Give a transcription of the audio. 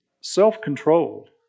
self-controlled